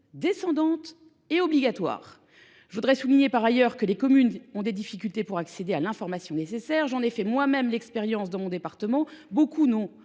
descendante et obligatoire ! Je souligne par ailleurs que les communes ont des difficultés pour accéder à l’information nécessaire. J’en ai fait moi même l’expérience dans mon département. Beaucoup n’ont